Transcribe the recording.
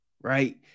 right